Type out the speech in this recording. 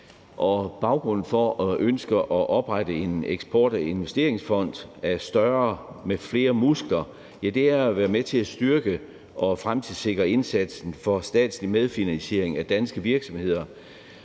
Baggrunden for ønsket om at oprette en eksport- og investeringsfond med flere muskler er et ønske om at være med til at styrke og fremtidssikre indsatsen for statslig medfinansiering af danske virksomheder